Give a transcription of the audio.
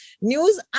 news